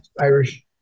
Irish